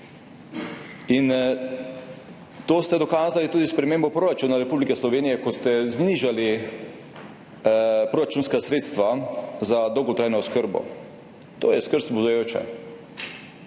To ste dokazali tudi s spremembo proračuna Republike Slovenije, ko ste znižali proračunska sredstva za dolgotrajno oskrbo. To je skrb vzbujajoče.